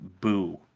Boo